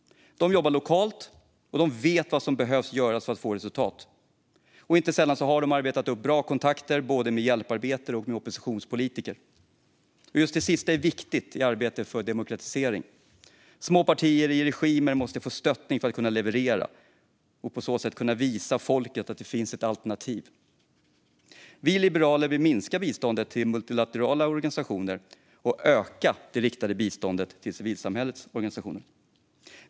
De jobbar lokalt, och de vet vad som behöver göras för att få resultat. Inte sällan har de arbetat upp bra kontakter både med hjälparbetare och med oppositionspolitiker. Just det sista är viktigt i arbetet för demokratisering. Små partier i regimer måste få stöttning för att kunna leverera och för att på så sätt kunna visa folket att det finns ett alternativ. Vi liberaler vill minska biståndet till multilaterala organisationer och öka det riktade biståndet till civilsamhällets organisationer.